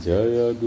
Jaya